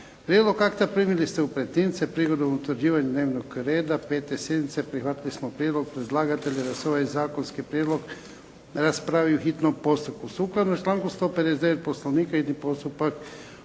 Prijedlog akta primili ste u pretince. Prigodom utvrđivanja dnevnog reda 5. sjednice prihvatili smo prijedlog predlagatelja da se ovaj zakonski prijedlog raspravi u hitnom postupku.